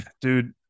Dude